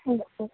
ہاں بالکل